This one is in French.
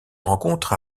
rencontre